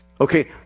Okay